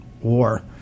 war